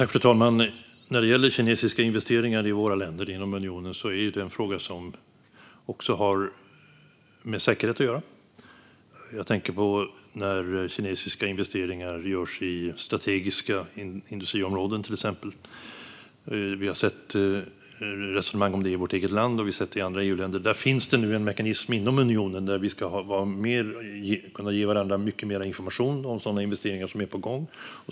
Fru talman! När det gäller kinesiska investeringar i våra länder inom unionen är det en fråga som också har med säkerhet att göra. Jag tänker till exempel på när kinesiska investeringar görs i strategiska industriområden. Vi har sett resonemang om det i vårt eget land, och vi har sett det i andra EU-länder. Det finns nu en mekanism inom unionen där vi ska kunna ge varandra mycket mer information om sådana investeringar som är på gång.